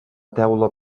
teula